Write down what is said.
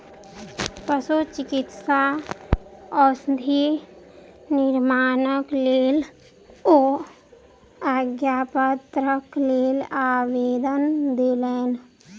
पशुचिकित्सा औषधि निर्माणक लेल ओ आज्ञापत्रक लेल आवेदन देलैन